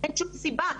אין שום סיבה,